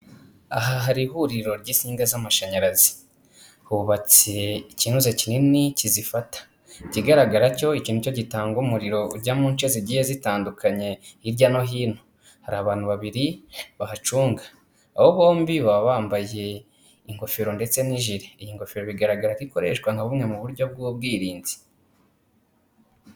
Aha hari ihuriro ry'isinga z'amashanyarazi, hubatse ikintuze kinini kizifata, ikigaragara cyo ikintu ni cyo gitanga umuriro ujya mu nce zigiye zitandukanye hirya no hino, hari abantu babiri bahacunga, abo bombi baba bambaye ingofero ndetse n'jiri, iyi ngofero bigaragara ko ikoreshwa nka bumwe mu buryo bw'ubwirinzi.